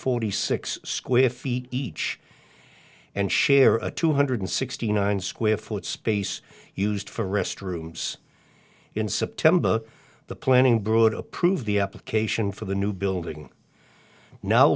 forty six square feet each and share a two hundred sixty nine square foot space used for restrooms in september the planning brought approve the application for the new building now